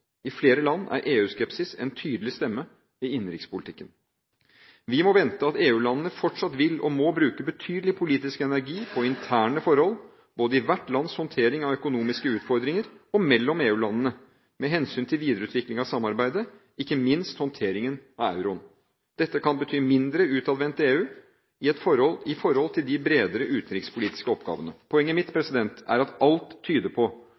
I flere land er EU-skepsis en tydelig stemme i innenrikspolitikken. Vi må vente at EU-landene fortsatt vil og må bruke betydelig politisk energi på interne forhold, både i hvert lands håndtering av økonomiske utfordringer og mellom EU-landene med hensyn til videreutvikling av samarbeidet, ikke minst håndteringen av euroen. Dette kan bety et mindre utadvendt EU i forhold til de bredere utenrikspolitiske oppgavene. Poenget mitt er at alt tyder på